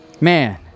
man